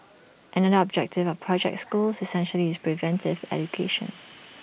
another objective of project schools essentially is preventive education